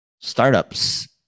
startups